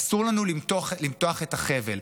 אסור לנו למתוח את החבל.